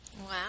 Wow